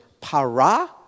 para